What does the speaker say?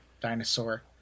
dinosaur